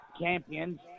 champions